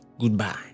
goodbye